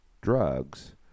drugs